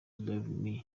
love